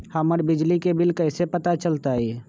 हमर बिजली के बिल कैसे पता चलतै?